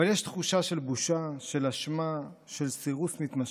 אבל יש תחושה של בושה, של אשמה, של סירוס מתמשך,